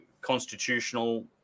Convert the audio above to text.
constitutional